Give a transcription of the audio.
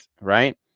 right